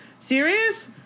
serious